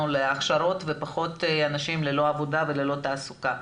להכשרות ולפחות אנשים ללא עבודה וללא תעסוקה.